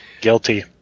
Guilty